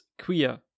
queer